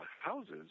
houses